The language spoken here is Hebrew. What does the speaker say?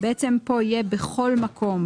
בעצם פה יהיה בכל מקום,